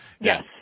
Yes